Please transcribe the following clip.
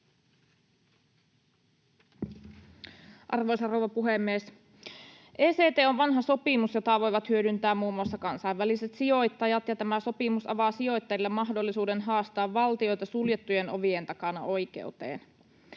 Arvoisa rouva puhemies! ECT on vanha sopimus, jota voivat hyödyntää muun muassa kansainväliset sijoittajat, ja tämä sopimus avaa sijoittajille mahdollisuuden haastaa valtioita suljettujen ovien takana oikeuteen.